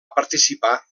participar